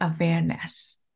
awareness